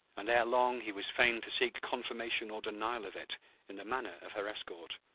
and ere long he was fain to seek confirmation or denial of it in the manner of her escort.